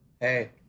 Hey